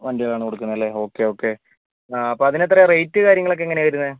വണ്ടികളാണ് കൊടുക്കുന്നതല്ലേ okay okay അപ്പോൾ അതിന് എത്രയാണ് റേറ്റ് കാര്യങ്ങളൊക്കെ എങ്ങനെയാണ് വരുന്നത്